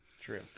true